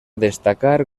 destacar